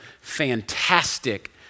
fantastic